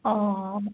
অঁ অঁ